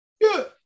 Good